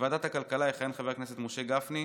בוועדת הכלכלה יכהן חבר הכנסת משה גפני,